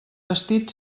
vestit